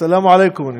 סלאם עליכֻּם.